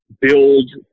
build –